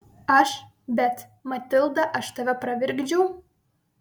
aš bet matilda aš tave pravirkdžiau